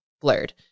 blurred